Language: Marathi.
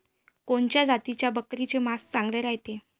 कोनच्या जातीच्या बकरीचे मांस चांगले रायते?